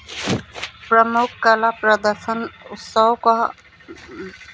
प्रमुख कला प्रदर्शन उत्सव का